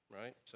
right